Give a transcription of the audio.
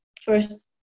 first